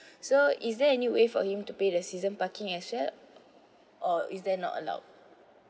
so is there any way for him to pay the season parking as well or is that not allowed